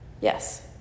Yes